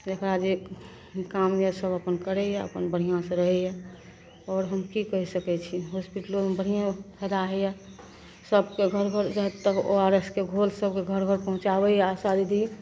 जेकरा जे काम यऽ सभ अपन करैए बढ़िआँसे रहैए आओर हम कि कहि सकै छी हॉस्पिटलोमे बढ़िएँ फायदा होइए सभकेँ घर घर जहाँ तक ओ आर एस के घोल सभकेँ घर तक पहुँचाबैए आशा दीदी